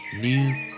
New